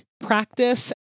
practice